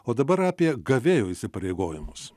o dabar apie gavėjo įsipareigojimus